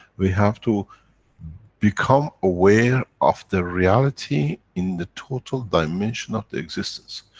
we have to become aware of the reality in the total dimension of the existence.